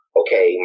okay